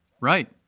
Right